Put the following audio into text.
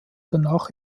danach